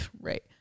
right